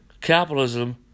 capitalism